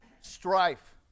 strife